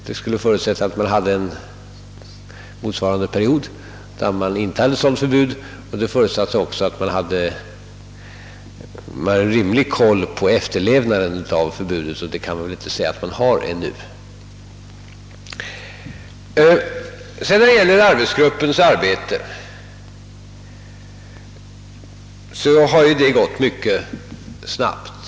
Det skulle förutsätta att man hade en motsvarande period utan sådan regel och att man hade rimlig kontroll över förbudets efterlevnad, vilket man knappast ännu har. Arbetsgruppens arbete har egentligen gått mycket snabbt.